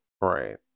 Right